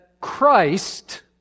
Christ